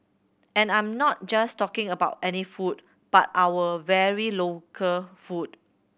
and I'm not just talking about any food but our very local food